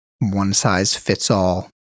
one-size-fits-all